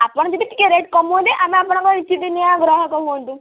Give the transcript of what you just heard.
ଆପଣ ଯଦି ଟିକିଏ ରେଟ୍ କମେଇବେ ଆମେ ଆପଣଙ୍କ ନିତିଦିନିଆ ଗ୍ରାହକ ହୁଅନ୍ତୁ